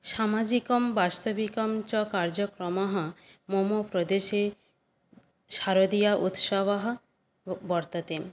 सामाजिकं वास्तविकं च कार्यक्रमः मम प्रदेशे शारदीय उत्सवः वर्तते